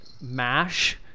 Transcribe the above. MASH